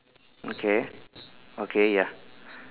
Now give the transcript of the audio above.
okay okay ya